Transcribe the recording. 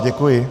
Děkuji.